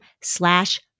slash